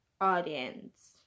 audience